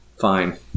fine